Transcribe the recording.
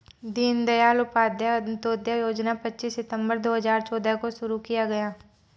दीन दयाल उपाध्याय अंत्योदय योजना पच्चीस सितम्बर दो हजार चौदह को शुरू किया गया